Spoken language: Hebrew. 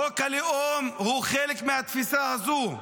חוק הלאום הוא חלק מהתפיסה הזו,